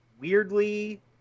weirdly